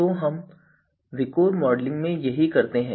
तो हम वास्तव में विकोर मॉडलिंग में यही करते हैं